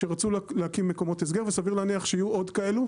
שרצו להקים מקומות הסגר וסביר להניח שיהיו עוד כאלו,